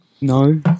No